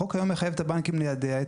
החוק היום מחייב את הבנקים ליידע את